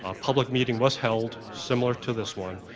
ah public meeting was held similar to this one,